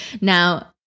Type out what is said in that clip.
Now